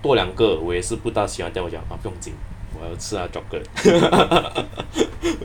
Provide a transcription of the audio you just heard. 多两个我也是不大喜欢 then 我讲不要紧我要吃那个 chocolate